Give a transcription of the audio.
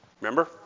Remember